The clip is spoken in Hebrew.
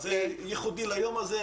זה ייחודי ליום הזה.